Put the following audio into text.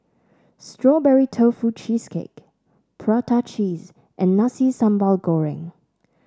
Strawberry Tofu Cheesecake Prata Cheese and Nasi Sambal Goreng